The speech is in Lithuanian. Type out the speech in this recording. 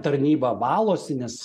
tarnyba valosi nes